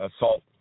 assault